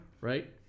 right